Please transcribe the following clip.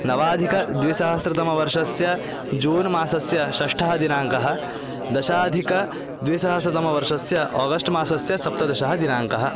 नवाधिकद्विसहस्रतमवर्षस्य June मासस्य षष्ठः दिनाङ्कः दशाधिक द्विसहस्रतमवर्षस्य आगस्ट् मासस्य सप्तदश दिनाङ्कः